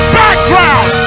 background